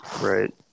right